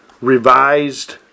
revised